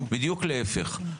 בדיוק להפך.